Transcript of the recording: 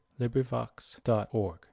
LibriVox.org